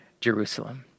Jerusalem